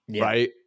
right